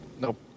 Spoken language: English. Nope